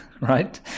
Right